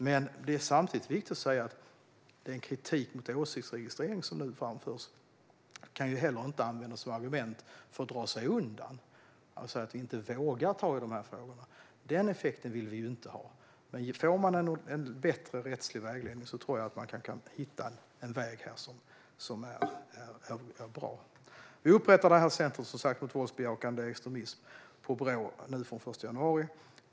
Men det är samtidigt viktigt att säga att den kritik mot åsiktsregistrering som nu framförs inte kan användas som argument för att dra sig undan och inte våga ta i dessa frågor. Den effekten vill vi inte ha. Med en bättre rättslig vägledning tror jag att man kan hitta en väg som är bra. Vi upprättar, som sagt, centrumet mot våldsbejakande extremism vid Brå den 1 januari.